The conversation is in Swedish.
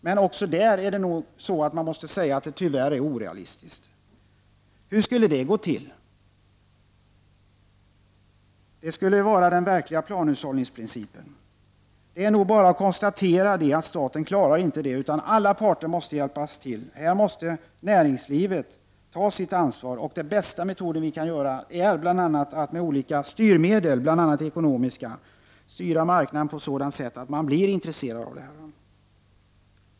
Men också det måste man nog tyvärr säga är orealistisk. Hur skulle det gå till? Det skulle vara den verkliga planhushållningsprincipen! Det är nog bara att konstatera att staten inte klarar det. Alla parter måste hjälpa till. Näringslivet måste här ta sitt ansvar. Det bästa vi kan göra är att med bl.a. ekonomiska styrmedel styra marknaden på ett sådant sätt att man blir intresserad av det här.